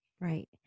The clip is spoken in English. Right